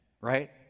right